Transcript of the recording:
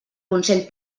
consell